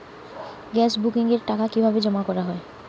Gas বুকিংয়ের টাকা কিভাবে জমা করা হয়?